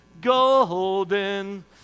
golden